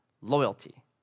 loyalty